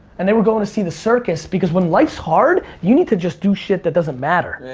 and they were going to see the circus. because when life's hard you need to just do shit that doesn't matter.